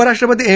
उपराष्ट्रपती एम